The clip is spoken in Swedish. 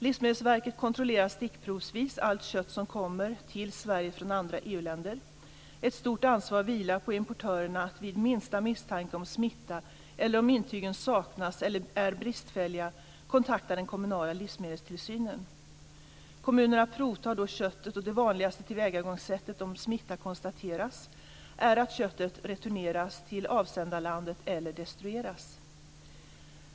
Livsmedelsverket kontrollerar stickprovsvis allt kött som kommer till Sverige från andra EU-länder. Ett stort ansvar vilar på importörerna att vid minsta misstanke om smitta eller om intygen saknas eller är bristfälliga kontakta den kommunala livsmedelstillsynen. Kommunerna provtar då köttet och det vanligaste tillvägagångssättet om smitta konstateras är att köttet returneras till avsändarlandet eller destrueras.